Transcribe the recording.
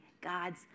God's